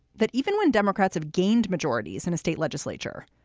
that even when democrats have gained majorities in a state legislature,